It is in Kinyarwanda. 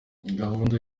gahunda